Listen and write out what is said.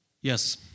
Yes